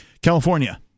California